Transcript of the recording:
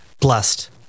blessed